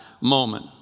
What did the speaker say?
moment